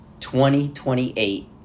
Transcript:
2028